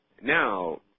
Now